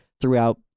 throughout